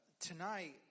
tonight